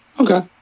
Okay